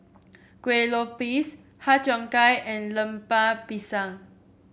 Kueh Lopes Har Cheong Gai and Lemper Pisang